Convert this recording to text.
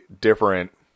different